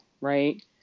right